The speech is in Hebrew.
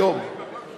היום.